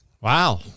Wow